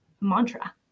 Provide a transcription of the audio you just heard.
mantra